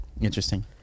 Interesting